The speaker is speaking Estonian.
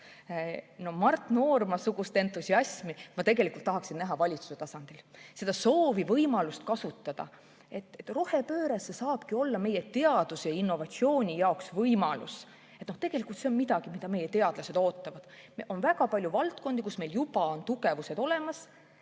hakata. Mart Noormale omast entusiasmi ma tahaksin näha valitsuse tasandil, soovi seda võimalust kasutada, et rohepööre saabki olla meie teaduse ja innovatsiooni jaoks võimalus, see on midagi, mida meie teadlased ootavad. On väga palju valdkondi, kus meil juba on tugevused olemas,